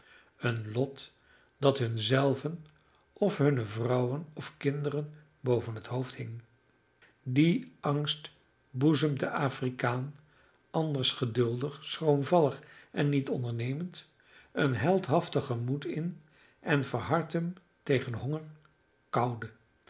vervulde een lot dat hun zelven of hunne vrouwen of kinderen boven het hoofd hing die angst boezemt den afrikaan anders geduldig schroomvallig en niet ondernemend een heldhaftigen moed in en verhardt hem tegen honger koude